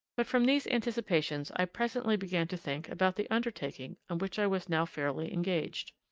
but from these anticipations i presently began to think about the undertaking on which i was now fairly engaged.